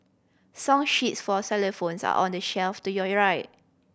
song sheets for xylophones are on the shelf to your right